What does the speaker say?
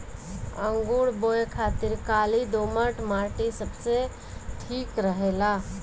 अंगूर बोए खातिर काली दोमट माटी सबसे ठीक रहेला